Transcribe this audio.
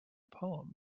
poem